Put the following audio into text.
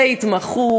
והתמחו,